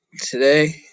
Today